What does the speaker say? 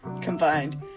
combined